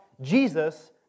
Jesus